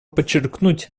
подчеркнуть